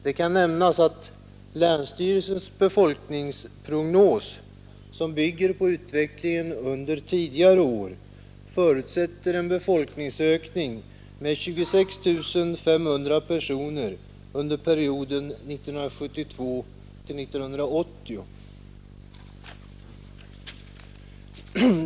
Det kan nämnas att länsstyrelsens befolkningsprognos, som bygger på utvecklingen under tidigare år, förutsätter en befolkningsökning på 26 500 personer under perioden 1972—1980.